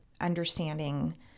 understanding